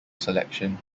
selection